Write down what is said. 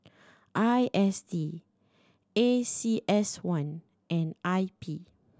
I S D A C S one and I P